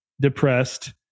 depressed